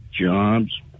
Jobs